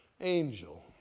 angel